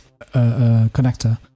connector